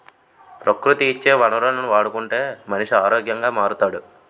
ప్రకృతి ఇచ్చే వనరులను వాడుకుంటే మనిషి ఆరోగ్యంగా మారుతాడు